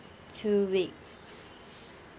two weeks